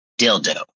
dildo